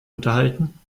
unterhalten